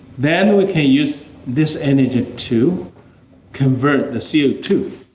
then we can use this energy to convert the c o two,